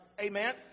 Amen